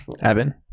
Evan